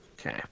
Okay